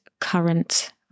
current